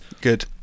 Good